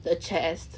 the chest